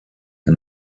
and